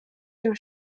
their